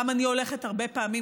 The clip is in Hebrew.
גם אני הולכת הרבה פעמים,